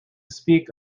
speak